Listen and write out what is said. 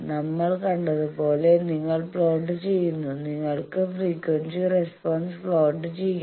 നമ്മൾ കണ്ടതുപോലെ നിങ്ങൾ പ്ലോട്ട് ചെയ്യുന്നു നിങ്ങൾക്ക് ഫ്രീക്വൻസി റെസ്പോൺസ് പ്ലോട്ട് ചെയ്യാം